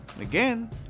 Again